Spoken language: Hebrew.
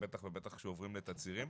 ובטח ובטח כשעוברים את הצירים.